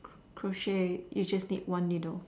crochet is just need one needle